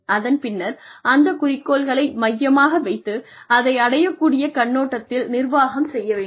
அதன் பின்னர் அந்த குறிக்கோள்களை மையமாக வைத்து அதை அடையக் கூடிய கண்ணோட்டத்தில் நிர்வாகம் செய்ய வேண்டும்